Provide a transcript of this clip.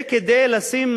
זה כדי לשים,